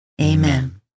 Amen